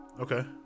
Okay